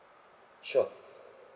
sure